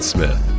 Smith